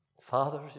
fathers